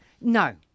no